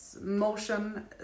Motion